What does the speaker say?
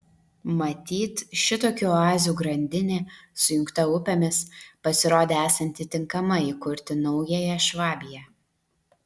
matyt šitokių oazių grandinė sujungta upėmis pasirodė esanti tinkama įkurti naująją švabiją